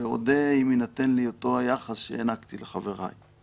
ואודה אם יינתן לי אותו היחס שהענקתי לחבריי.